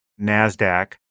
NASDAQ